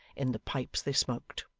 in the pipes they smoked.